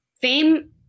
fame